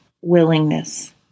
willingness